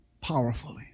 powerfully